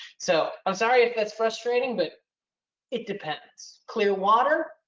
so i'm sorry if that's frustrating, but it depends. clear water,